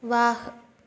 ವಾಹ್